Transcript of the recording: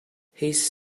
his